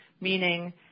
Meaning